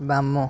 ବାମ